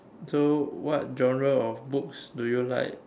so what genre of books do you like